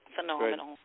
phenomenal